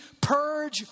purge